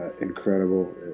incredible